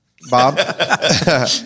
Bob